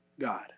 God